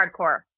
hardcore